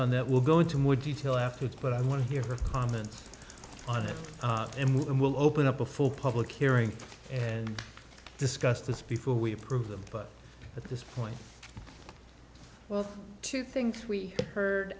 on that will go into more detail afterwards but i want to hear a comment on that and move and we'll open up a full public hearing and discuss this before we approve them but at this point well two things we heard